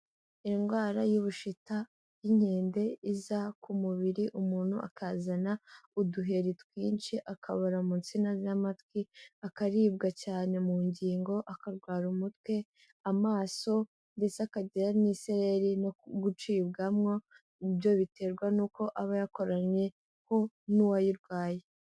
Indwara y'ubushita bw'inkende iza ku mubiri umuntu akazana uduheri twinshi, akababara mu nsina z'amatwi, akaribwa cyane mu ngingo, akarwara umutwe, amaso, ndetse akagira n'isereri no gucibwamo, ibyo biterwa nuko aba yakoranyeho n'uwayirwaye.